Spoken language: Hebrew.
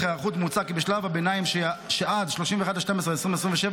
היערכות מוצע כי בשלב הביניים שעד 31 בדצמבר 2027,